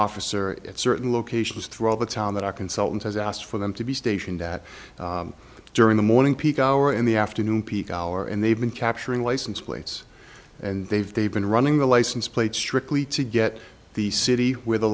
officer at certain locations throughout the town that are consultants has asked for them to be stationed at during the morning peak hour in the afternoon peak hour and they've been capturing license plates and they've they've been running the license plates strictly to get the city where the